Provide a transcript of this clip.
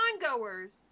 goers